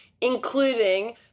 including